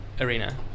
Arena